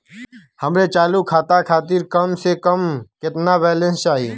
हमरे चालू खाता खातिर कम से कम केतना बैलैंस चाही?